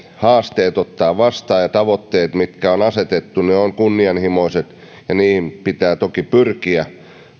haasteet ja tavoitteet mitkä on asetettu ne ovat kunnianhimoiset ja niihin pitää toki pyrkiä